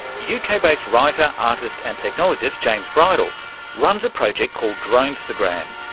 uk-based writer, artist and technologist james bridle runs a project called dronestagram.